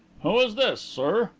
who is this, sir?